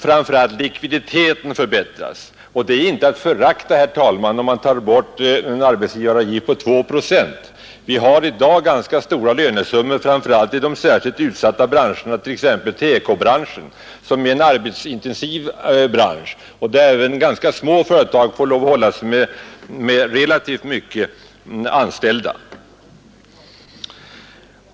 Speciellt skulle likviditeten förbättras, och det är inte att förakta, herr talman, om man tar bort en arbetsgivaravgift på 2 procent. Man arbetar i dag med ganska stora lönesummor, framför allt i de särskilt utsatta branscherna, t.ex. TEKO-industrin, som är en arbetsintensiv bransch där även ganska små företag får lov att hålla sig med relativt många anställda.